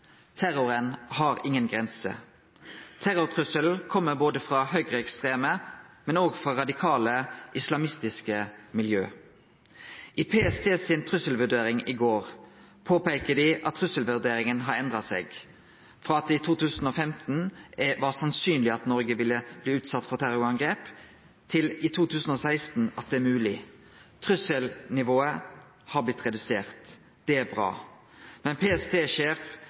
Terroren har ingen grenser. Terrortrusselen kjem både frå høgreekstreme og frå radikale islamistiske miljø. I PST si trusselvurdering i går påpeiker dei at trusselvurderinga har endra seg, frå at det i 2015 var sannsynleg at Noreg ville bli utsett for terrorangrep, til at det i 2016 er mogleg. Trusselnivået har blitt redusert. Det er bra, men